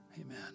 Amen